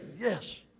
Yes